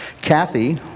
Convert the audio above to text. Kathy